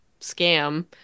scam